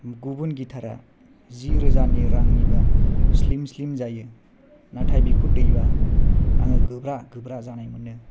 गुबुन गिथारा जि रोजा रांनिबा स्लिम स्लिम जायो नाथाय बेखौ दैबा गोब्रा गोब्रा जानाय मोनो